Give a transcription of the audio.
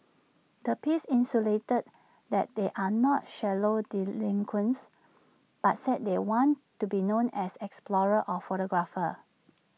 the piece insinuated that they are not shallow delinquents but said they want to be known as explorers or photographers